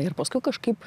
ir paskui kažkaip